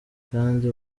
kandi